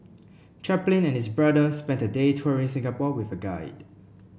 Chaplin and his brother spent a day touring Singapore with a guide